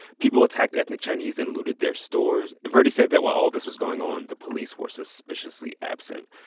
people attacked ethnic chinese and looted their stores. and purdey said that while all this was going on, the police were suspiciously absent.